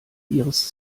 ihres